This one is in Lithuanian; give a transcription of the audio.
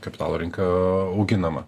kapitalo rinka auginama